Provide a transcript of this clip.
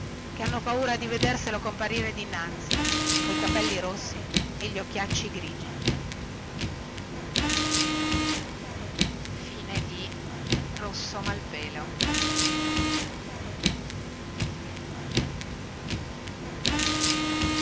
chè hanno paura di vederselo comparire dinanzi coi capelli rossi e gli occhiacci grigi questo testo è